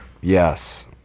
Yes